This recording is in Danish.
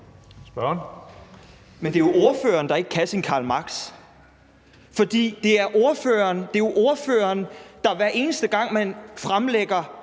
Men det er jo ordføreren, der ikke kan sin Karl Marx, for det er jo ordføreren, der, hver eneste gang man fremlægger